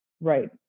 right